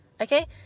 okay